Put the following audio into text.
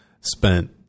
spent